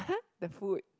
the food